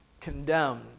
condemned